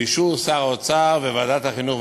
באישור שר האוצר וועדת החינוך,